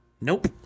Nope